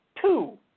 two